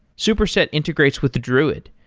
superset integrates with the druid,